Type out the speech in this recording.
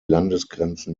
landesgrenzen